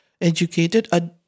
educated